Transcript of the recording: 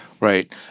Right